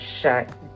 shut